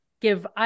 give